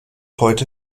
heute